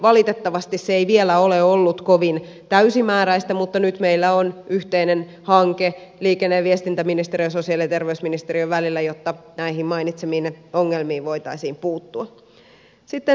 valitettavasti se ei vielä ole ollut kovin täysimääräistä mutta nyt meillä on yhteinen hanke liikenne ja viestintäministeriön ja sosiaali ja terveysministeriön välillä jotta näihin mainitsemiinne ongelmiin voitaisiin puuttua